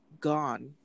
gone